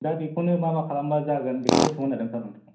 दा बेखौनो मा मा खालामबा जागोन बेखौसो सोंहरनो नागिरदोंमोन आं सार